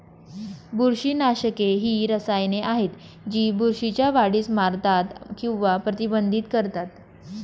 बुरशीनाशके ही रसायने आहेत जी बुरशीच्या वाढीस मारतात किंवा प्रतिबंधित करतात